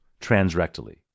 transrectally